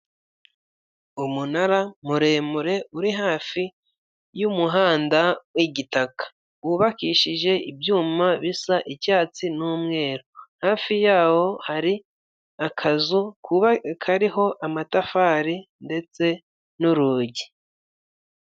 Umunara muremure uri hafi y'umuhanda w'igitaka, wubakishije ibyuma bisa icyatsi n'umweru, hafi yawo hari akazu kariho amatafari ndetse n'urugi.